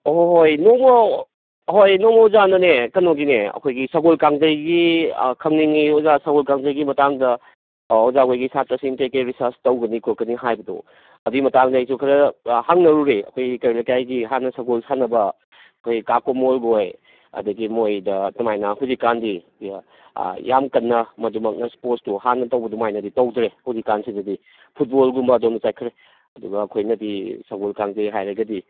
ꯑꯍꯣꯏ ꯍꯣꯏ ꯅꯣꯡꯃ ꯑꯍꯣꯏ ꯅꯣꯡꯃ ꯑꯣꯖꯥꯅꯅꯦ ꯀꯩꯅꯣꯒꯤꯅꯦ ꯑꯩꯈꯣꯏꯒꯤ ꯁꯒꯣꯜ ꯀꯥꯡꯖꯩꯒꯤ ꯈꯪꯅꯤꯡꯉꯦ ꯑꯣꯖꯥ ꯁꯒꯣꯜ ꯀꯥꯡꯖꯩꯒꯤ ꯃꯇꯥꯡꯗ ꯑꯣꯖꯥ ꯍꯣꯏꯒꯤ ꯁꯥꯇ꯭ꯔꯁꯤꯡ ꯀꯩ ꯀꯩ ꯔꯤꯁꯥꯔꯁ ꯇꯧꯒꯅꯤ ꯈꯣꯠꯀꯅꯤ ꯍꯥꯏꯕꯗꯣ ꯑꯗꯨꯒꯤ ꯃꯇꯥꯡꯗ ꯑꯩꯁꯨ ꯈꯔ ꯍꯪꯅꯔꯨꯔꯦ ꯑꯩꯈꯣꯏ ꯀꯩꯔꯣꯜ ꯂꯩꯀꯥꯏꯒꯤ ꯍꯥꯟꯅ ꯁꯒꯣꯜ ꯁꯥꯟꯅꯕ ꯑꯩꯈꯣꯏ ꯀꯥ ꯀꯣꯃꯣꯜ ꯈꯣꯏ ꯑꯗꯒꯤ ꯃꯣꯏꯗ ꯑꯗꯨꯃꯥꯏꯅ ꯍꯧꯖꯤꯛꯀꯥꯟꯗꯤ ꯌꯥꯝ ꯀꯟꯅ ꯃꯗꯨꯃꯛꯅ ꯏꯁꯄꯣꯔꯠꯁꯇꯨ ꯍꯥꯟꯅ ꯇꯧꯕ ꯑꯗꯨꯃꯥꯏꯅꯗꯤ ꯇꯧꯗ꯭ꯔꯦ ꯍꯧꯖꯤꯛꯀꯥꯟꯁꯤꯗꯗꯤ ꯐꯨꯠꯕꯣꯜꯒꯨꯝꯕ ꯑꯗꯣꯝꯗ ꯆꯠꯈ꯭ꯔꯦ ꯑꯗꯨꯒ ꯑꯩꯈꯣꯏꯅꯗꯤ ꯁꯒꯣꯜ ꯀꯥꯡꯖꯩ ꯍꯥꯏꯔꯒꯗꯤ